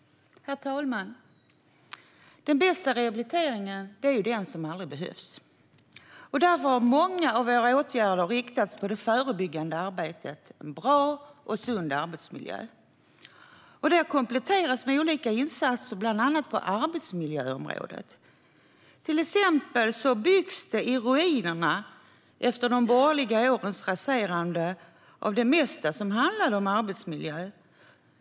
Herr talman! Den bästa rehabiliteringen är den som aldrig behövs. Därför har många av våra åtgärder inriktats på det förebyggande arbetet för en bra och sund arbetsmiljö. Detta har kompletterats med olika insatser bland annat på arbetsmiljöområdet. Till exempel byggs det upp en ny arbetsmiljömyndighet i ruinerna efter de borgerliga årens raserande av det mesta som handlade om arbetsmiljö.